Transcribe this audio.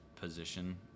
position